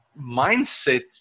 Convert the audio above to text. mindset